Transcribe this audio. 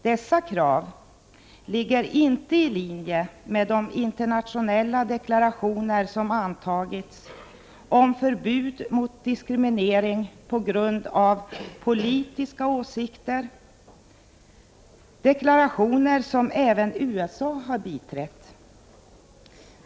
Dessa krav ligger inte i linje med de internationella deklarationer som antagits om förbud mot diskriminering på grund av politiska åsikter — deklarationer som även USA har biträtt.